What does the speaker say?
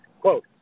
quote